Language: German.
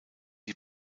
die